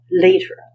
Later